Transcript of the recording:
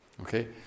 Okay